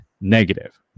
negative